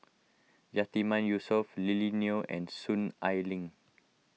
Yatiman Yusof Lily Neo and Soon Ai Ling